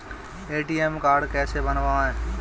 ATM card कैसे बनवाएँ?